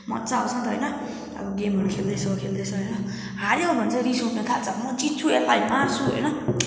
मज्जा आउँछ नि त होइन अब गेमहरू खेल्दैछ खेल्दैछ होइन हार्यो भने चाहिँ रिस उठ्न थाल्छ म जित्छु यसलाई मार्छु होइन